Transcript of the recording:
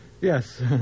Yes